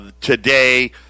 today